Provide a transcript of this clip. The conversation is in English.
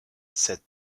said